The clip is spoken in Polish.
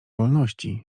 wolności